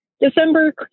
December